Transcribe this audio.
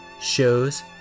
shows